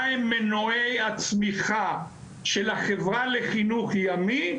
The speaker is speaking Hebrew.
מהם מנועי הצמיחה של החברה לחינוך ימי,